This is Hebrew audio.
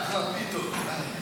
אחלה פיתות.